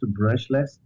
brushless